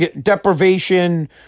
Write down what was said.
Deprivation